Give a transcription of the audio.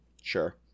Sure